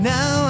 Now